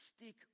Stick